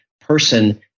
person